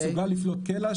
מסוגל לפלוט קלע,